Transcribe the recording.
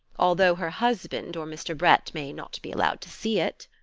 although her husband or mr. bret may not be allowed to see it.